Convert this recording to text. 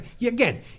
Again